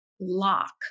lock